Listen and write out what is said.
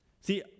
See